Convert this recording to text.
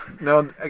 No